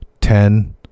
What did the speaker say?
ten